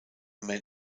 main